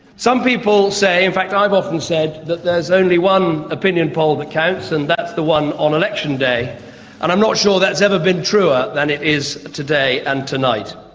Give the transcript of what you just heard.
some people say, in fact i've often said that there is only one opinion poll that counts, and that's the one on election day, and i'm not sure that has ever been truer than it is today and tonight.